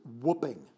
whooping